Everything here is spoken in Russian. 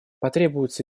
потребуется